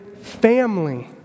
family